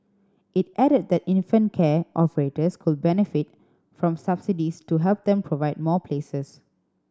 it added that infant care operators could benefit from subsidies to help them provide more places